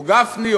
או גפני,